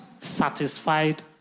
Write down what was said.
satisfied